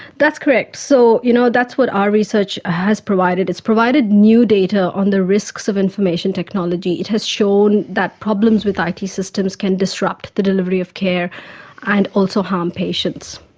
that's correct. so you know that's what our research has provided, it's provided new data on the risks of information technology, it has shown that problems with it systems can disrupt the delivery of care and also harm patients.